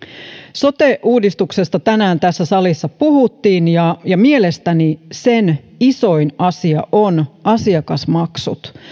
sote uudistuksesta tänään tässä salissa puhuttiin ja ja mielestäni sen isoin asia on asiakasmaksut